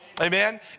Amen